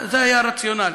זה היה הרציונל.